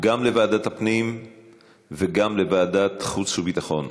גם לוועדת הפנים וגם לוועדת החוץ והביטחון,